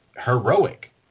heroic